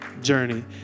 journey